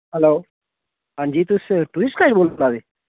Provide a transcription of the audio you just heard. hello हां जी तुस टुरिस्ट गाईड बोला दे